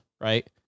Right